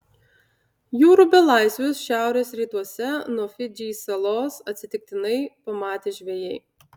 jūrų belaisvius šiaurės rytuose nuo fidžį salos atsitiktinai pamatė žvejai